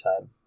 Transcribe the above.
time